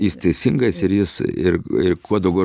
jis teisingas ir jis ir ir kuo daugiau